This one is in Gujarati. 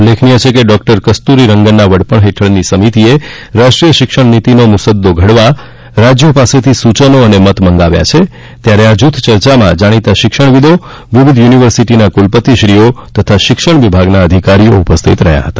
ઉલ્લેખનીય છે કે ડૉ કસ્તૂરી રંગનના વડપણ હેઠળની સમિતિએ રાષ્ટ્રીય શિક્ષણ નીતિનો મુસદ્દો ઘડવા રાજ્યો પાસેથી સૂચનો અને મત મંગાવ્યા છે ત્યારે આ જૂથ ચર્ચામાં જાણીતા શિક્ષણવિદો વિવિધ યુનિવર્સિટીના કુલપતિશ્રીઓ તથા શિક્ષણ વિભાગના અધિકારીઓ ઉપસ્થિત રહ્યા હતા